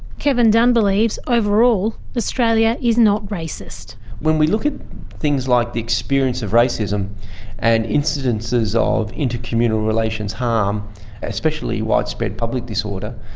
kevin dunn believes overall australia is not racist. when we look at things like the experience of racism and instances of intercommunal relations harm and especially widespread public disorder,